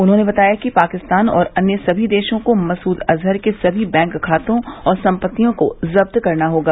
उन्होंने बताया कि पाकिस्तान और अन्य सभी देशों को मसूद अजहर के सभी बैंक खातों और सम्पत्तियों को जब्त करना होगा